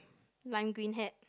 lime green hat